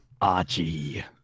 archie